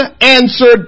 answered